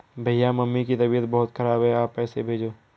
भैया मम्मी की तबीयत बहुत खराब है आप पैसे भेजो